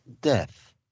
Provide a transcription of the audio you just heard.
death